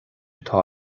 atá